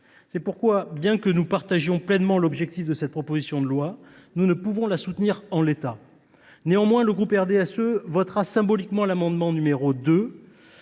C’est pourquoi, bien que nous partagions pleinement l’objectif de cette proposition de loi, nous ne pouvons la soutenir en l’état. Néanmoins, le groupe RDSE votera symboliquement l’article 2 sur la